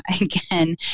again